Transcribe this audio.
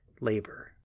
labor